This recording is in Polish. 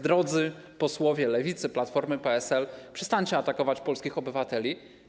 Drodzy posłowie Lewicy, Platformy, PSL, przestańcie atakować polskich obywateli.